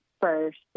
first